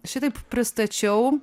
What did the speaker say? šitaip pristačiau